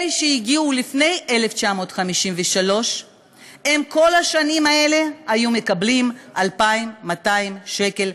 אלה שהגיעו לפני 1953 הם כל השנים האלה קיבלו 2,200 שקל,